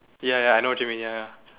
ya ya ya I know what you mean ya ya